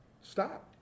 stop